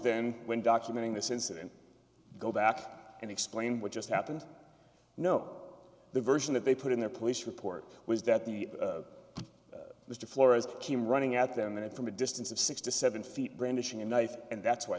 then when documenting this incident go back and explain what just happened no the version that they put in their police report was that the mr flores came running at them and from a distance of six to seven feet brandishing a knife and that's why